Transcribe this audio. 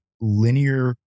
linear